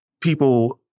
people